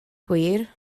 gwir